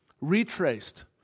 retraced